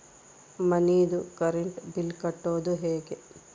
ಮನಿದು current bill ಕಟ್ಟೊದು ಹೇಗೆ?